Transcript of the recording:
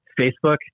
facebook